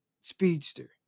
speedster